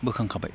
बोखांखाबाय